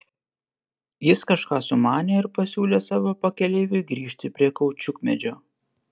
jis kažką sumanė ir pasiūlė savo pakeleiviui grįžti prie kaučiukmedžio